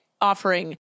offering